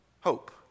hope